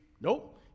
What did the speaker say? Nope